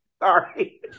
sorry